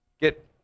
Get